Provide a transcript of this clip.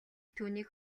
түүнийг